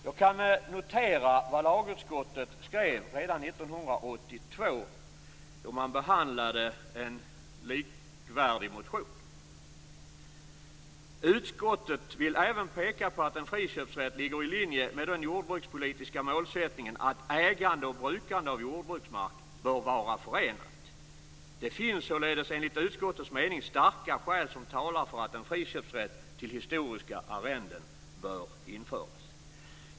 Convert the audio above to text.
Jag kan notera vad lagutskottet skrev redan 1982, då en motion av samma innebörd behandlades. Utskottet framhöll att det ville peka på att en friköpsrätt ligger i linje med den jordbrukspolitiska målsättningen att ägande och brukande av jordbruksmark bör vara förenade. Det fanns enligt utskottets mening starka skäl som talade för att en friköpsrätt till historiska arrenden borde införas.